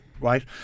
right